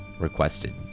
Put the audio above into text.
requested